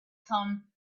come